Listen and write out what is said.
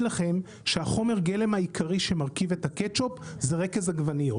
לכם שחומר הגלם העיקרי שמרכיב את הקטשופ זה רכז עגבניות.